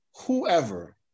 whoever